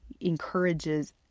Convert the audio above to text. encourages